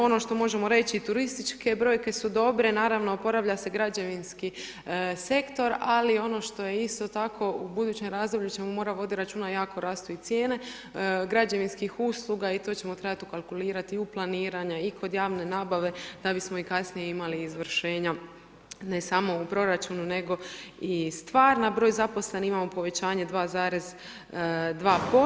Ono što možemo reći turističke brojke su dobre, naravno oporavlja se građevinski sektor, ali ono što je isto tako, u budućem razdoblju ćemo morati voditi računa, jako rastu i cijene građevinskih usluga i to ćemo trebati ukalkulirati i u planiranja i kod javne nabave da bismo ih kasnije imali izvršenja, ne samo u proračunu, nego i stvarna broj zaposlenih imamo povećanje 2,2%